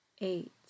eight